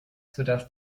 sodass